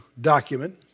document